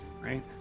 right